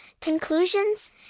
conclusions